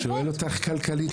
אני שואל אותך כלכלית.